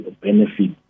benefit